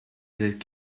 that